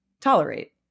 tolerate